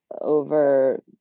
over